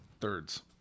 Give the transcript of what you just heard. Thirds